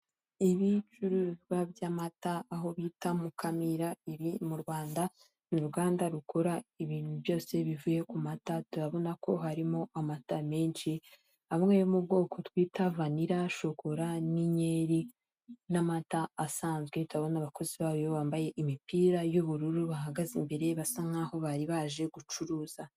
Ibicuruzwa by'amata aho bita Mukamira iri mu Rwanda ni uruganda rukora ibintu byose bivuye ku mata, turabona ko harimo amata menshi amwe yo mu bwoko bwita vanira, shokora n'inyenyeri n'amata asanzwe, turabona abakozi bayo bambaye imipira y'ubururu bahagaze imbere basa nkaho bari baje gucuruza.